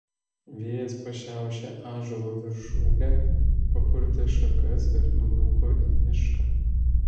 vėjas pašiaušė ąžuolo viršūnę papurtė šakas ir nudūko į mišką